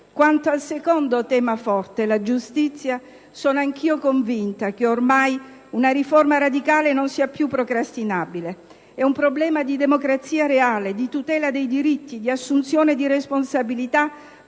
Quanto al secondo tema forte, la giustizia, sono anch'io convinta che ormai una riforma radicale non sia più procrastinabile. È un problema di democrazia reale, di tutela dei diritti, di assunzione di responsabilità